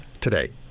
today